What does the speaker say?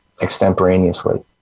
extemporaneously